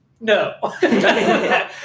No